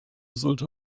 sollte